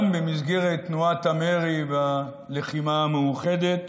גם במסגרת תנועת המרי והלחימה המאוחדת